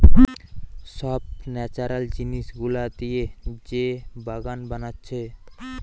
সব ন্যাচারাল জিনিস গুলা দিয়ে যে বাগান বানাচ্ছে